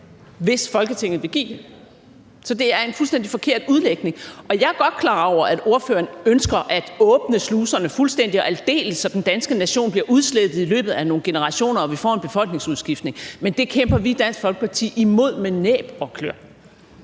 hvis Folketinget vil give en det, så det er en fuldstændig forkert udlægning. Jeg er godt klar over, at ordføreren ønsker at åbne sluserne fuldstændigt og aldeles, så den danske nation bliver udslettet i løbet af nogle generationer og vi får en befolkningsudskiftning, men det kæmper vi i Dansk Folkeparti imod med næb og klør.